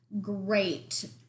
great